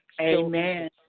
Amen